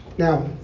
Now